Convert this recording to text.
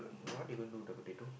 and what you gonna do with the potato